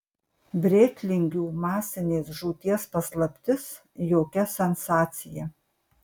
brėtlingių masinės žūties paslaptis jokia sensacija